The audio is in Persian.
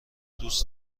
دوست